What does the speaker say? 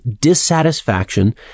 dissatisfaction